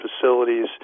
facilities